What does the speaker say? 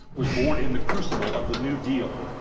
was born in the crucible of the new deal.